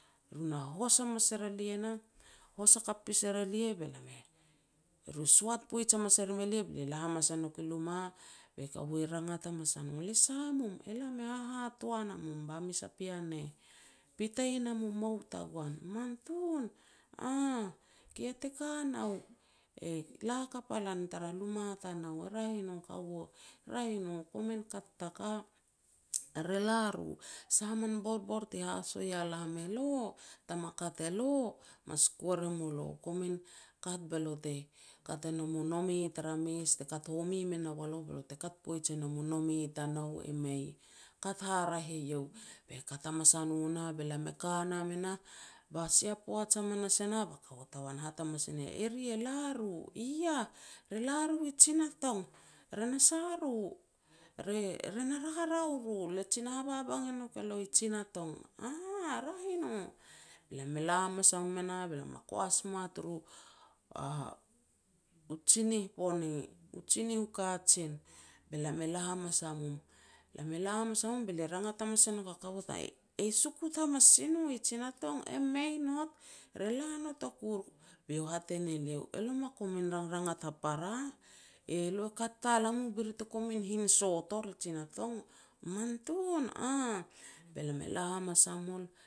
Ru na hos hamas er elia nah, hos hakap pas er elia, be lam e ru soat poij hamas e rim elia. Be lia la hamas a nouk i luma be kaua rangat hamas a no. "Le sa mum." "Elam e hahatoan a mum ba mes a pean e pitei nam u mou tagoan." "Man tun", "Aah", "ki iah te ka nao", "E la hakap a lan tar luma tanou", "E raeh i no kaua", "Raeh i no, kom kat ta ka." "Re la ro sah min borbor te haso ia lam elo, tam ma kat elo, mas kuar e molo. Komin kat be lo te kat e nom u nome tara mes te kat home me nao elo bete kat poij e nom u nome tanou, e mei. Kat haraeh eiou." Be kat hamanas e nah, be lam e ka nam enah, ba sia poaj hamanas e nah, ba kaua tagoan hat hamas e ne lia. "Eri e la ru iah", "Re la ru i Jina Tong", "Ri na sa ro", "Re-re na rarao ro, le jin na habang e nouk e lo i Jina Tong", "Aah, raeh i no." Be lam e la hamas a mum e nah be lam me koas moa turu u tsinih pone, u tsinih u kajen. Be lam e la hamas mun, be lam e la hamas a mum be lia rangat hamas e nouk a kaua tagoan, "E sukut hamas si no i Jina Tong", "Emei not, re la not o kur", be iau hat e ne lia, "Elo ma komin rangrangat ha para. Elo kat tal a mu be ri te gum hin sot or i Jina Tong." "Mantun", Äah." Be lam e la hamas a mul